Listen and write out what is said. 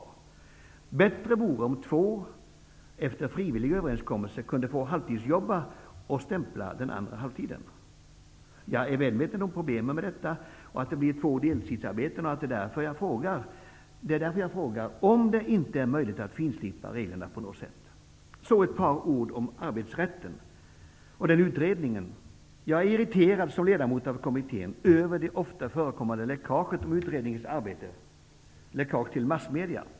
Bättre vore om två personer efter frivillig överenskommelse kunde få halvtidsjobb och stämpla den andra halvtiden. Jag är medveten om problemen med detta och att det blir två deltidsarbeten. Det är därför jag frågar om det inte är möjligt att finslipa reglerna på något sätt. Herr talman! Jag skall avsluta med några ord om utredningen om de arbetsrättsliga lagarna. Som ledamot i kommittèn är jag irriterad över det ofta förekommande läckaget till massmedierna om utredningens arbete.